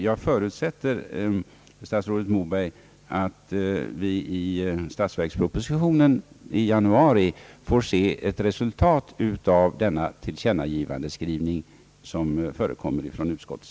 Jag förutsätter, statsrådet Moberg, att vi i statsverkspropositionen i januari nästa år får se ett resultat av den tillkännagivandeskrivning som utskottet har gjort.